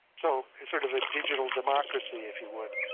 so sort of a digital democracy, if you would,